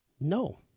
No